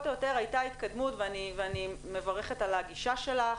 או יותר הייתה התקדמות ואני מברכת על הגישה שלך,